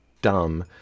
dumb